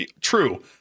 True